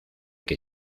que